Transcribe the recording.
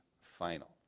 final